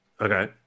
Okay